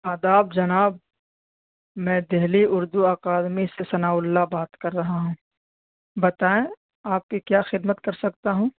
آداب جناب میں دہلی اردو اکادمی سے ثنا اللہ بات کر رہا ہوں بتائیں آپ کی کیا خدمت کر سکتا ہوں